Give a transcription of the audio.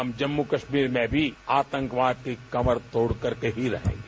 हम जम्मू कश्मीर में भी आतंकवाद की कमर तोड़ करके ही रहेंगे